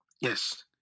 Yes